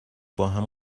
باهم